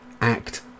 act